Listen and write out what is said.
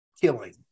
killing